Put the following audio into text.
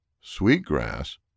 Sweetgrass